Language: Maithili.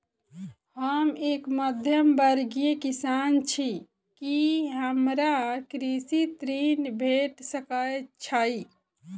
हम एक मध्यमवर्गीय किसान छी, की हमरा कृषि ऋण भेट सकय छई?